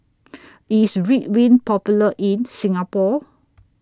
IS Ridwind Popular in Singapore